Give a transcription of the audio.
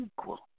equal